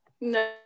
No